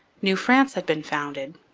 new france had been founded,